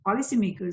policymakers